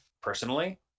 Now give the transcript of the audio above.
personally